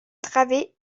travée